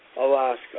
Alaska